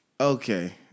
Okay